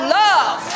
love